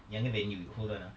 younger than you hold on ah